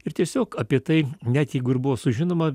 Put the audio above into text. ir tiesiog apie tai net jeigu ir buvo sužinoma